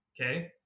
okay